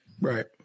right